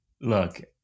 look